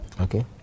Okay